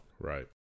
Right